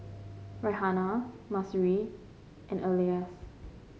Raihana Mahsuri and Elyas